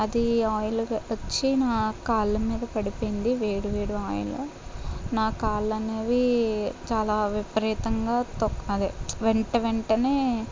అది ఆయిల్ వచ్చి నా కాళ్ళమీద పడిపోయింది వేడి వేడి ఆయిల్ నా కాళ్లనేవి చాలా విపరీతంగా అది వెంట వెంటనే